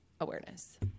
awareness